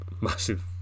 massive